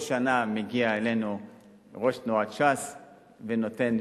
כל שנה מגיע אלינו ראש תנועת ש"ס ונותן